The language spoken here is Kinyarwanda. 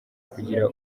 kugira